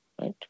right